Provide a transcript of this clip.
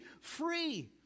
free